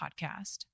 podcast